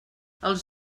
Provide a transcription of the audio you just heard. els